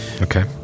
Okay